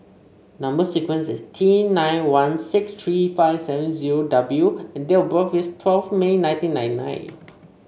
number sequence is T nine one six tree five seven zero W and date of birth is twelve May nineteen ninety nine